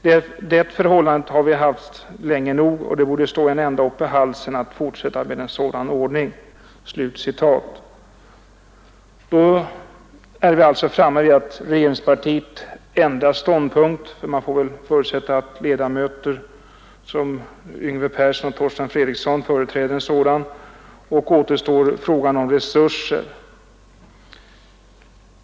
Det förhållandet har vi haft länge nog, och det borde stå en ända upp i halsen att fortsätta med en sådan ordning.” Då är vi alltså framme vid att regeringspartiet har ändrat ståndpunkt, ty man får väl förutsätta att ledamöter som Yngve Persson och Torsten Fredriksson företräder regeringspartiets ståndpunkt. Då återstår frågan om resurser.